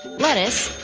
lettuce,